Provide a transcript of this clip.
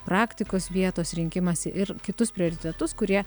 praktikos vietos rinkimąsi ir kitus prioritetus kurie